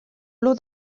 lot